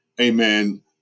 amen